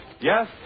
Yes